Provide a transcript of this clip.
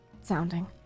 sounding